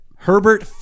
Herbert